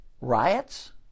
Riots